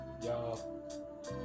y'all